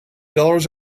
dollars